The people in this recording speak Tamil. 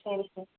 சரி சார்